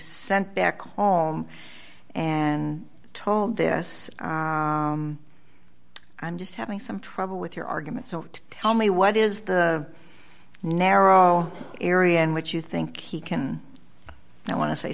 sent back home and told this i'm just having some trouble with your argument so tell me what is the narrow area in which you think he can and i wan